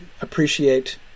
appreciate